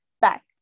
back